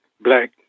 black